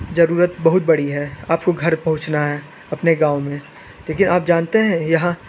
ज़रूरत बहुत बड़ी है आपको घर पहुंचना है अपने गाँव में ठीक है आप जानते हैं यहाँ